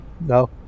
no